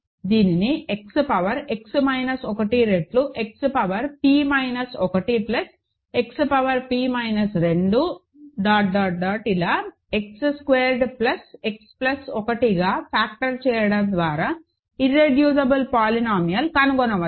దీనిని X power X minus 1 రెట్లు X power p minus 1 plus X power p minus 2 dot dot dot X square plus X plus 1గా factor చేయడం ద్వారా irreducible పోలినామియల్ని కనుగొనవచ్చు